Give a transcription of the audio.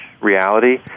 reality